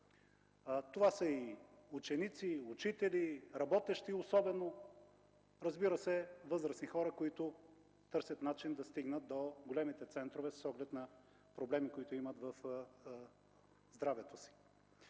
Това са ученици, учители, особено работещи, разбира се, и възрастни хора, които търсят начин да стигнат до големите центрове с оглед на проблеми със здравето си.